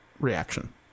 Reaction